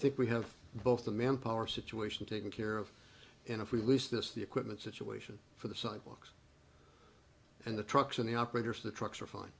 think we have both the manpower situation taken care of and if we lease this the equipment situation for the sidewalks and the trucks and the operators the trucks are fine